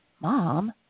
mom